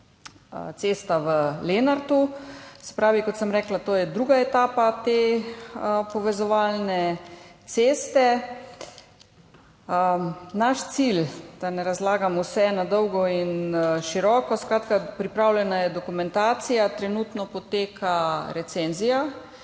cesta v Lenartu, se pravi, kot sem rekla, to je druga etapa te povezovalne ceste. Naš cilj, da ne razlagam vse na dolgo in široko, skratka, pripravljena je dokumentacija, trenutno poteka recenzija